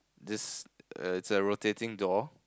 this err is a rotating door